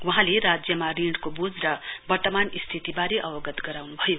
वहाँले राज्यमाथि ऋणको वोझ र वर्तमान स्थितिबारे अवगत गराउनु भयो